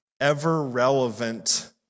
ever-relevant